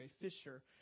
fisher